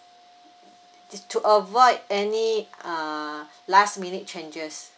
is to avoid any uh last minute changes